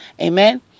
Amen